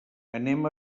anem